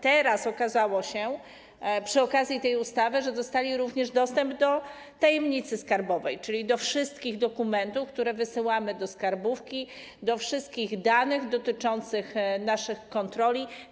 Teraz okazało się, przy okazji tej ustawy, że dostali również dostęp do tajemnicy skarbowej, czyli do wszystkich dokumentów, które wysyłamy do skarbówki, do wszystkich danych dotyczących naszych kontroli.